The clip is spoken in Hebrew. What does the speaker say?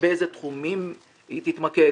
באיזה תחומים היא תתמקד,